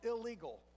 illegal